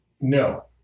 no